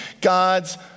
God's